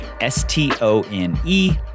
S-T-O-N-E